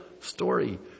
story